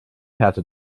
härte